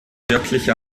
wirklich